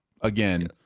again